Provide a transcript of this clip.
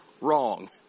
Wrong